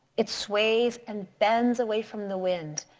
it sways and bends away from the wind.